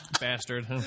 Bastard